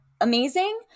amazing